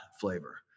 flavor